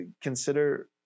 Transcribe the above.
consider